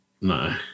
No